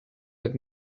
had